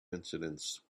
incidents